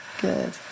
good